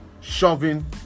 shoving